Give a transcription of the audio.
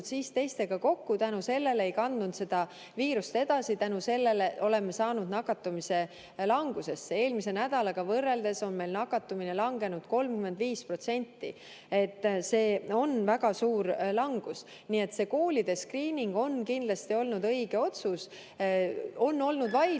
siis teistega kokku ja tänu sellele ei kandnud viirust edasi. Tänu sellele oleme saanud nakatumise langusesse, eelmise nädalaga võrreldes on meil nakatumine langenud 35%. See on väga suur langus. Nii et see koolide skriining on kindlasti olnud õige otsus. On olnud vaidlusi.